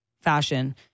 fashion